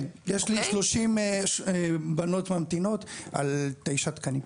כן, יש לי שלושים בנות ממתינות על תשעה תקנים.